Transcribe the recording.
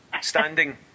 standing